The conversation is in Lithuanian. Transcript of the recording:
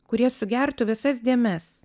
kurie sugertų visas dėmes